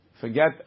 Forget